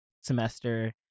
semester